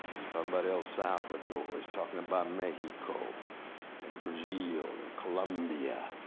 he's talking about el salvador, he's talking about mexico, and brazil, and columbia.